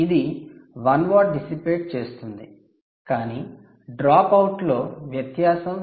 ఇది 1 watt dissipate చేస్తుంది కానీ డ్రాప్ అవుట్ లో వ్యత్యాసం 0